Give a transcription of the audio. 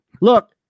Look